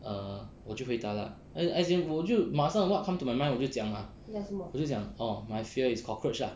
err 我就回答 lah as in 我就马上 what comes to my mind 我就讲 ah 我就讲 orh my fear is cockroach ah